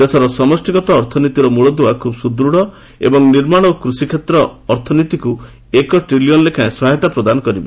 ଦେଶର ସମଷ୍ଟିଗତ ଅର୍ଥନୀତିର ମୂଳଦୁଆ ଖୁବ୍ ସୁଦୃଢ଼ ଏବଂ ନିର୍ମାଣ ଓ କୃଷିକ୍ଷେତ୍ର ଅର୍ଥନୀତିକୁ ଏକ ଟ୍ରିଲିଅନ୍ ଲେଖାଏଁ ସହାୟତା ପ୍ରଦାନ କରିବ